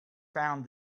found